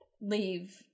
leave